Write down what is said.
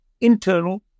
internal